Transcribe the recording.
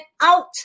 out